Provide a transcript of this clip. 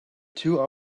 two